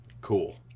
cool